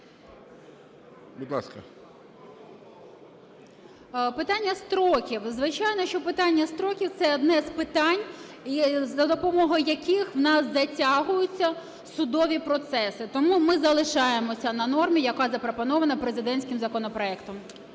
Питання строків. Звичайно, що питання строків – це одне з питань, за допомогою яких в нас затягуються судові процеси. Тому ми залишаємося на нормі, яка запропонована президентським законопроектом.